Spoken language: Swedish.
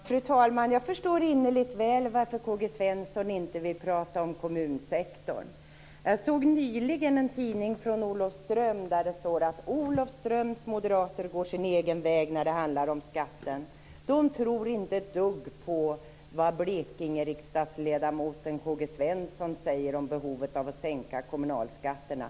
Fru talman! Jag förstår innerligt väl varför K-G Svenson inte vill prata om kommunsektorn. Jag såg nyligen en tidning från Olofström där det står att Olofströms moderater går sin egen väg när det handlar om skatten. De tror inte ett dugg på vad Blekingeriksdagsledamoten K-G Svenson säger om behovet av att sänka kommunalskatterna.